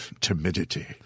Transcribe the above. timidity